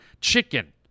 chicken